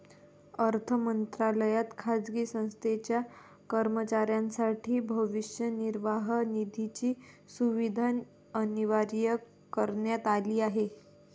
अर्थ मंत्रालयात खाजगी संस्थेच्या कर्मचाऱ्यांसाठी भविष्य निर्वाह निधीची सुविधा अनिवार्य करण्यात आली आहे